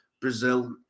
Brazil